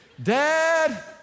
Dad